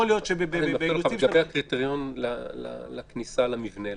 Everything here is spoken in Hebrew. לגבי הקריטריון לכניסה למבנה,